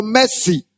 mercy